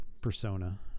persona